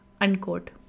Unquote